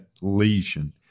lesion